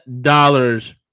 dollars